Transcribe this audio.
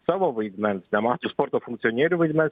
savo vaidmens nemato sporto funkcionierių vaidmens